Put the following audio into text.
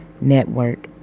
network